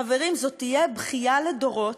חברים, זו תהיה בכייה לדורות.